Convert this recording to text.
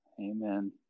Amen